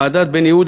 ועדת בן-יהודה,